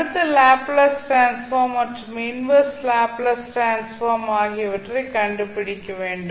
அடுத்து Laplace transform மற்றும் inverse Laplace transform ஆகியவற்றைக் கண்டுபிடிக்க வேண்டும்